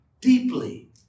deeply